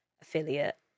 affiliate